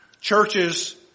churches